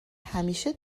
همیشه